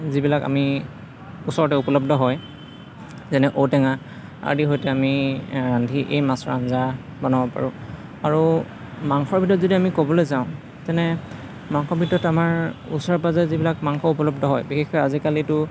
যিবিলাক আমি ওচৰতে উপলব্ধ হয় যেনে ঔ টেঙা আদি সৈতে আমি ৰান্ধি এই মাছৰ আঞ্জা বনাব পাৰোঁ আৰু মাংসৰ ভিতৰত যদি আমি ক'বলৈ যাওঁ যেনে মাংস ভিতৰত আমাৰ ওচৰে পাঁজৰে যিবিলাক মাংস উপলব্ধ হয় বিশেষকৈ আজিকালিতো